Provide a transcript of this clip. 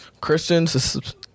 Christians